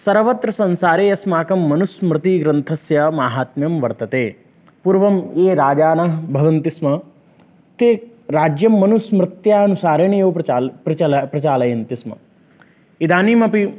सर्वत्र संसारे अस्माकं मनुस्मृतिग्रन्थस्य माहात्म्यं वर्तते पूर्वं ये राजानः भवन्ति स्म ते राज्यं मनुस्मृत्यनुसारेणैव प्रचाल प्रचालयन्ति स्म इदानीमपि